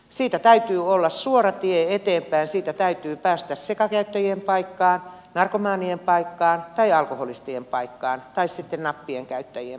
siitä täytyy olla suora tie eteenpäin siitä täytyy päästä sekakäyttäjien paikkaan narkomaanien paikkaan tai alkoholistien paikkaan tai sitten nappien käyttäjien paikkaan